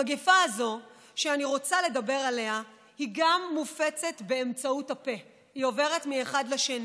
המגפה הזאת שאני רוצה לדבר עליה גם היא מופצת באמצעות הפה מאחד לשני,